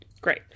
Great